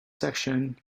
section